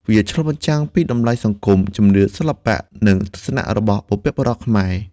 វាឆ្លុះបញ្ចាំងពីតម្លៃសង្គម ជំនឿ សិល្បៈ និងទស្សនៈរបស់បុព្វបុរសខ្មែរ។